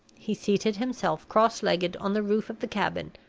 he seated himself cross-legged on the roof of the cabin,